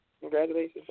Congratulations